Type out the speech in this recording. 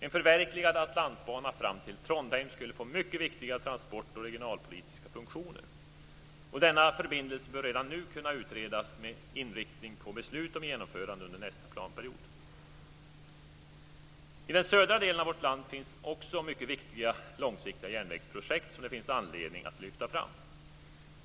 En förverkligad Atlantbana fram till Trondheim skulle få mycket viktiga transport och regionalpolitiska funktioner. Denna förbindelse bör redan nu kunna utredas med inriktning på beslut om genomförande under nästa planperiod. I den södra delen av vårt land finns också mycket viktiga långsiktiga järnvägsprojekt som det finns anledning att lyfta fram.